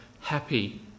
happy